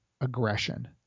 aggression